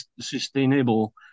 sustainable